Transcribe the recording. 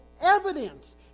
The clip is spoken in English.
evidence